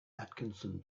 atkinson